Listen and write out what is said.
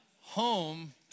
home